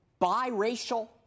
biracial